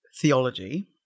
theology